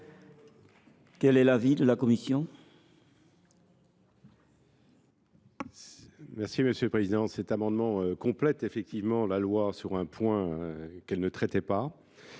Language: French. Quel est l’avis de la commission ?